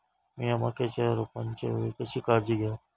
मीया मक्याच्या रोपाच्या वेळी कशी काळजी घेव?